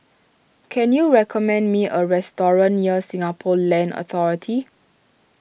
can you recommend me a restaurant near Singapore Land Authority